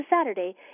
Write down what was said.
Saturday